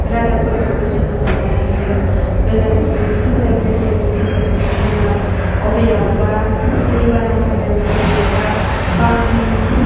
रादाबफोरखौबो जोङो मोन्नो हायो गोजाननि ससेल मेदियानि गेजेरजों जोङो बबेयावबा दैबाना जादों बबेयावबा बांग्रिं